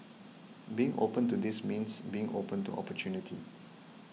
being open to this means being open to opportunity